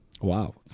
Wow